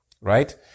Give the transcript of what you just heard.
right